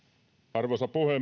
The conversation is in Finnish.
arvoisa